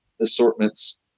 assortments